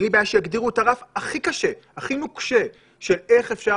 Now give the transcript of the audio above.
אין לי בעיה שיגדירו את הרף הכי קשה והכי נוקשה של איך אפשר